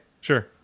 sure